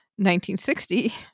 1960